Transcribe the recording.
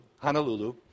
Honolulu